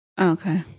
okay